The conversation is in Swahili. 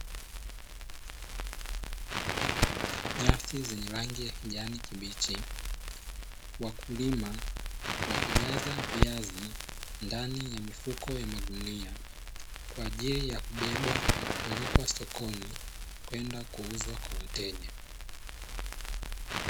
Nyasi zenye rangi ya kijani kibichi wakulima wakijaza viazi ndani ya mifuko ya magunia, kwa ajili ya kubebwa na kupelekwa sokoni kwenda kuuzwa kwa wateja.